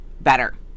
better